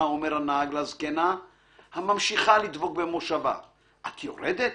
אומר הנהג לזקנה/ הממשיכה לדבוק במושבה/ את יורדת?